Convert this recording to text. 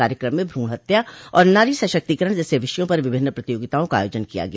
कार्यक्रम में भ्रूण हत्या और नारी सशक्तीकरण जैसे विषयों पर विभिन्न प्रतियोगिताओं का आयाजन किया गया